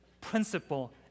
principle